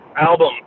Album